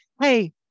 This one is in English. hey